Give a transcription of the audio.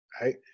right